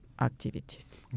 activities